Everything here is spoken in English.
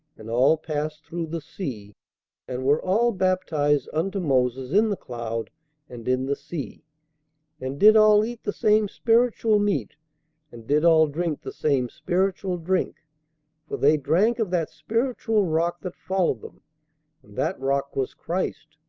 and all passed through the sea and were all baptized unto moses in the cloud and in the sea and did all eat the same spiritual meat and did all drink the same spiritual drink for they drank of that spiritual rock that followed them and that rock was christ.